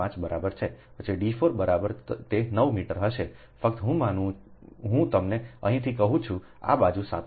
5 બરાબર છે પછી d4 બરાબર તે 9 મીટર હશે ફક્ત હું તમને અહીંથી કહું છું આ બાજુ 7